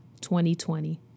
2020